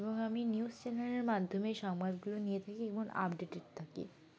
এবং আমি নিউজ চ্যানেলের মাধ্যমে সংবাদগুলো নিয়ে থাকি এবং আপডেটেড থাকি